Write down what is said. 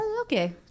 okay